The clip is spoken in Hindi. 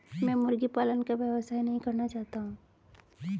मैं मुर्गी पालन का व्यवसाय नहीं करना चाहता हूँ